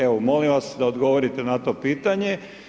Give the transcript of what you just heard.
Evo molim vas da odgovorite na to pitanje.